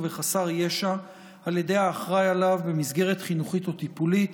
בחסר ישע על ידי האחראי עליו במסגרת חינוכית או טיפולית),